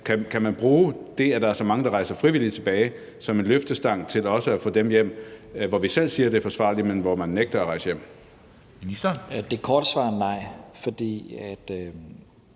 kan man bruge det, at der er så mange, der rejser frivilligt tilbage, som en løftestang til også at få dem hjem, hvor vi selv siger, at det er forsvarligt, men hvor man nægter at rejse hjem? Kl. 10:34 Formanden